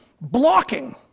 blocking